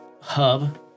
hub